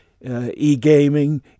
e-gaming